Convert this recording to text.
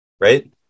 right